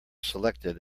selected